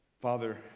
Father